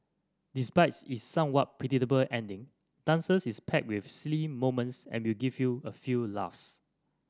despite its somewhat predictable ending Dancers is packed with silly moments and will give you a few laughs